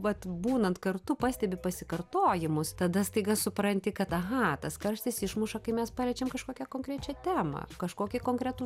vat būnant kartu pastebi pasikartojimus tada staiga supranti kad aha tas karštis išmuša kai mes paliečiam kažkokią konkrečią temą kažkokį konkretų